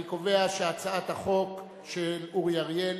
אני קובע שהצעת החוק של אורי אריאל